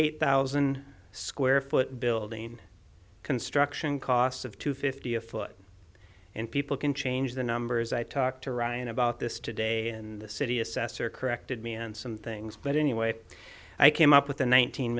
eight thousand square foot building construction cost of two fifty a foot and people can change the numbers i talked to ryan about this today and the city assessor corrected me on some things but anyway i came up with